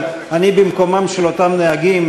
אבל אני במקומם של אותם נהגים,